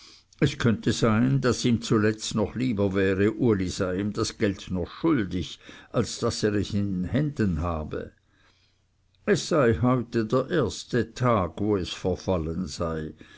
es könnte sein daß ihm zuletzt noch lieber wäre uli sei ihm das geld noch schuldig als daß er es in händen habe es sei heute der erste tag wo es verfallen sei